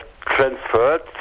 transferred